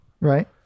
Right